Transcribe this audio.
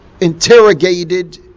interrogated